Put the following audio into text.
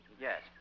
yes